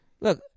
Look